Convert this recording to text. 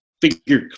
figure